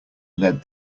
led